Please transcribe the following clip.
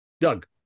Doug